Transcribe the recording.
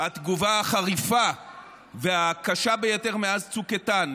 התגובה החריפה והקשה ביותר מאז צוק איתן,